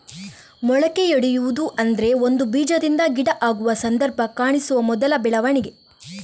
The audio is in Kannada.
ಮೊಳಕೆಯೊಡೆಯುವುದು ಅಂದ್ರೆ ಒಂದು ಬೀಜದಿಂದ ಗಿಡ ಆಗುವ ಸಂದರ್ಭ ಕಾಣಿಸುವ ಮೊದಲ ಬೆಳವಣಿಗೆ